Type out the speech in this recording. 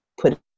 put